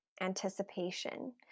anticipation